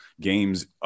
games